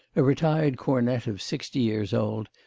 a retired cornet of sixty years old,